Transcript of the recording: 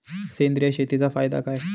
सेंद्रिय शेतीचा फायदा काय?